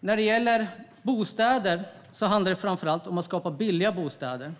När det gäller bostäder handlar det framför allt om att skapa billiga bostäder.